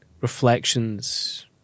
reflections